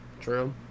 true